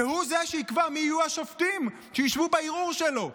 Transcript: שהוא זה שיקבע מי יהיו השופטים שישבו בערעור שלו.